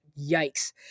yikes